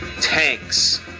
Tanks